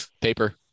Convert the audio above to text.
Paper